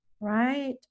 right